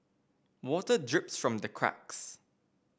water drips from the cracks